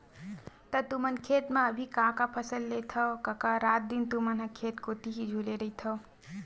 त तुमन खेत म अभी का का फसल लेथव कका रात दिन तुमन ह खेत कोती ही झुले रहिथव?